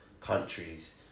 countries